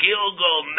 Gilgal